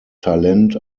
talent